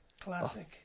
Classic